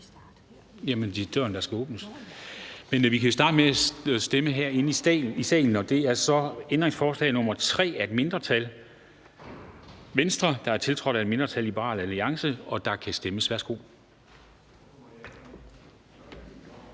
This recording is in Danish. vi kan jo starte med at stemme herinde i salen. Der stemmes om ændringsforslag nr. 3 af et mindretal (V), som er tiltrådt af et mindretal (LA). Og der kan stemmes, værsgo.